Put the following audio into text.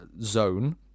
zone